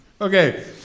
okay